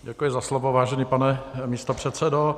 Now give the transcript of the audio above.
Děkuji za slovo, vážený pane místopředsedo.